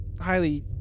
highly